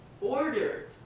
order